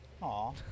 Aw